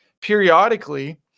Periodically